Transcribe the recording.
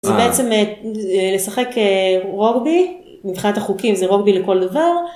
זה בעצם לשחק רוגבי מבחינת החוקים זה רוגבי לכל דבר.